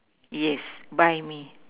yes buy me